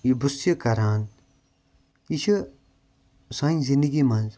بہٕ چھُس یہِ کَران یہِ چھِ سانہِ زِنٛدگی منٛز